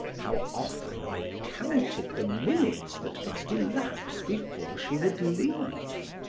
how often i counted the minutes that must elapse before she would leave!